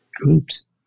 groups